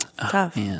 Tough